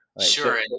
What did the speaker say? Sure